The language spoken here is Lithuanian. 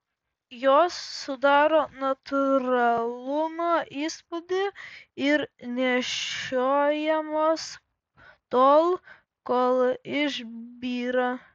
jos sudaro natūralumo įspūdį ir nešiojamos tol kol išbyra